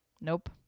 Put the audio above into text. Nope